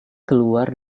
keluar